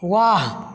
वाह